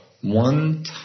one